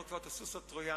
הזכרנו כבר את הסוס הטרויאני,